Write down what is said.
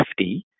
50